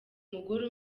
umugore